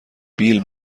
بیل